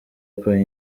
apple